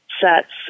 sets